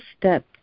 step